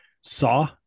saw